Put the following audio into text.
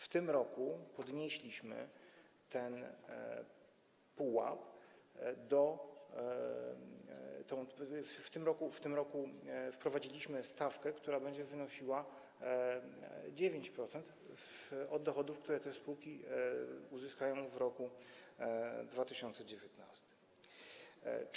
W tym roku podnieśliśmy ten pułap czy w tym roku wprowadziliśmy stawkę, która będzie wynosiła 9% od dochodów, które te spółki uzyskają w roku 2019.